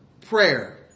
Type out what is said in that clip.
prayer